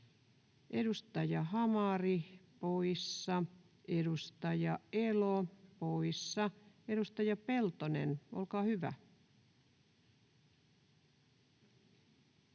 edustaja Hamari poissa, edustaja Elo poissa. — Edustaja Peltonen, olkaa hyvä.